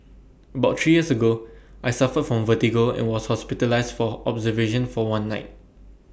about three years ago I suffered from vertigo and was hospitalised for observation for one night